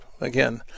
again